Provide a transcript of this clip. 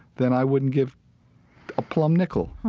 then i wouldn't give a plumb nickel